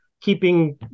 keeping